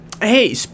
Hey